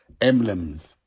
emblems